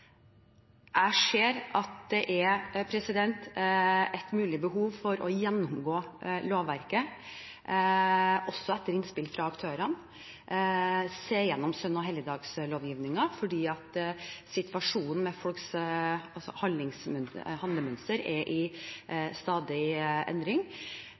er et mulig behov for å gjennomgå lovverket, også etter innspill fra aktørene – se gjennom søn- og helligdagslovgivningen – fordi situasjonen med folks handlemønster er i stadig endring.